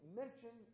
mention